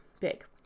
big